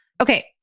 Okay